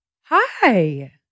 Hi